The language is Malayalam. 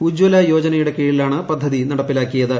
ഉജ്ജ്വല യോജനയുടെ കീഴിലാണ് പദ്ധതി നടപ്പിലാക്കിയത്